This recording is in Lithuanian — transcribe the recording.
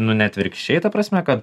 nu ne atvirkščiai ta prasme kad